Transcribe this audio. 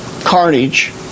Carnage